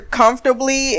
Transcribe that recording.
comfortably